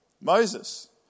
Moses